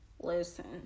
listen